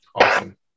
Awesome